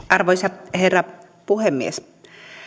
arvoisa herra puhemies